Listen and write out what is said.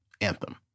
Anthem